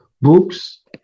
books